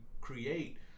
create